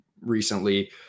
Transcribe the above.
recently